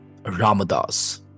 Ramadas